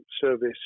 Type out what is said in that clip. service